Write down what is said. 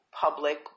public